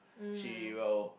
she will